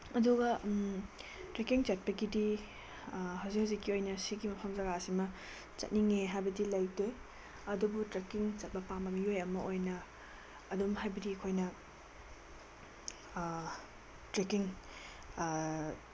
ꯑꯗꯨꯒ ꯇ꯭ꯔꯦꯛꯀꯤꯡ ꯆꯠꯄꯒꯤꯗꯤ ꯍꯧꯖꯤꯛ ꯍꯧꯖꯤꯛꯀꯤ ꯑꯣꯏꯅ ꯁꯤꯒꯤ ꯃꯐꯝ ꯖꯒꯥꯁꯤꯃ ꯆꯠꯅꯤꯡꯉꯦ ꯍꯥꯏꯕꯗꯤ ꯂꯩꯇꯦ ꯑꯗꯨꯕꯨ ꯇ꯭ꯔꯦꯛꯀꯤꯡ ꯆꯠꯄ ꯄꯥꯝꯕ ꯃꯤꯑꯣꯏ ꯑꯃ ꯑꯣꯏꯅ ꯑꯗꯨꯝ ꯍꯥꯏꯕꯗꯤ ꯑꯩꯈꯣꯏꯅ ꯇ꯭ꯔꯦꯛꯀꯤꯡ